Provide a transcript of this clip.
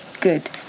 Good